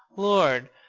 lord!